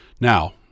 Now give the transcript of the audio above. Now